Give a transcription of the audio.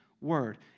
word